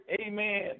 Amen